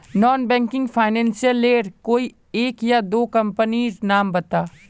Non banking financial लेर कोई एक या दो कंपनी नीर नाम बता?